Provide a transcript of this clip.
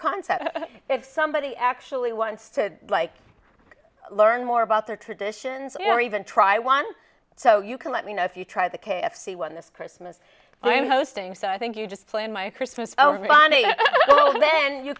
concept if somebody actually wants to like learn more about their traditions or even try one so you can let me know if you try the k f c one this christmas i'm hosting so i think you just plan my christmas well then you